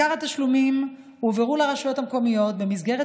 עיקר התשלומים הועברו לרשויות המקומיות במסגרת